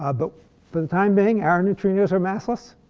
ah but for the time being our neutrinos are massless.